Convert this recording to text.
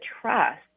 trust